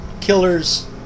killers